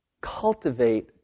cultivate